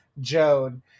Joan